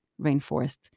rainforests